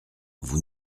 vous